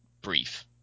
brief